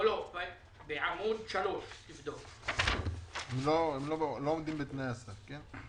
לא, תבדוק בעמוד 3. הם לא עומדים בתנאי הסף, כן?